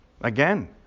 Again